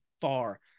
far